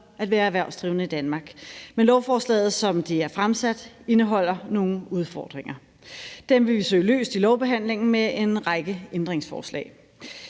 at være erhvervsdrivende i Danmark, men lovforslaget, som det er fremsat, indeholder nogle udfordringer. Dem vil vi søge løst i lovbehandlingen med en række ændringsforslag.